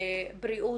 בריאות,